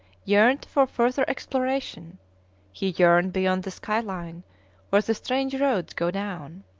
yearned for further exploration he yearned beyond the sky-line where the strange roads go down.